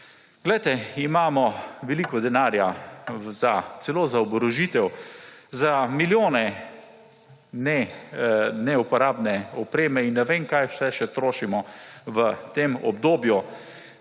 primerno. Imamo veliko denarja celo za oborožitev, milijone za neuporabne opreme in ne vem, kaj vse še trošimo v tem obdobju,